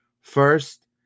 First